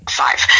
five